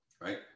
right